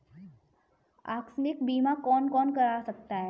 आकस्मिक बीमा कौन कौन करा सकता है?